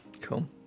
Cool